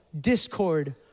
discord